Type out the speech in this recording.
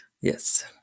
Yes